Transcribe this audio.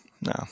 no